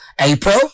April